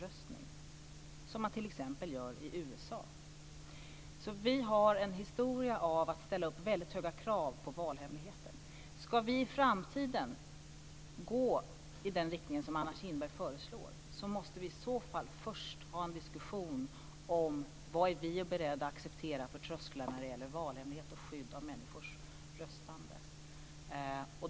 Det gör man i bl.a. USA. Vi har alltså en historia av att ställa väldigt höga krav i fråga om valhemligheten. Ska vi i framtiden gå i den riktning som Anna Kinberg föreslår måste vi i så fall först ha en diskussion om vad vi är beredda att acceptera för trösklar när det gäller valhemlighet och skydd av människors röstande.